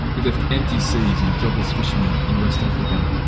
it left empty seas and jobless fishermen in west africa,